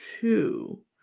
two